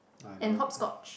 and hopscotch